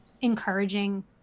encouraging